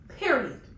period